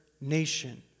nation